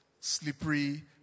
slippery